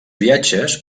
viatges